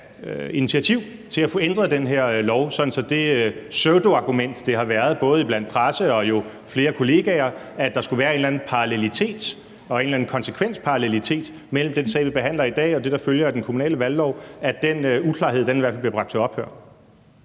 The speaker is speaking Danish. initiativ til at få ændret den her lov, så den uklarhed og det pseudoargument, det har været både i pressen og hos flere kolleger, nemlig at der skulle være en eller anden parallelitet og en eller anden konsekvensparallelitet mellem den sag, vi behandler i dag, og det, der følger af den kommunale valglov, bliver bragt til ophør?